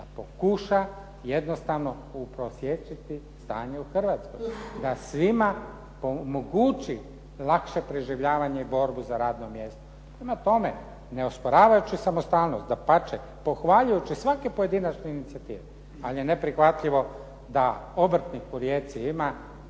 da pokuša jednostavno uprosječiti stanje u Hrvatskoj, da svima omogući lakše preživljavanje i borbu za radno mjesto. Prema tome, ne osporavajući samostalnost, dapače pohvaljujući svaki pojedinačne inicijative, ali je neprihvatljivo da obrtnik u Rijeci ima